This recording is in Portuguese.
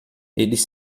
eles